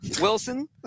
Wilson